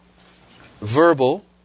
verbal